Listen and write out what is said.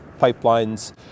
pipelines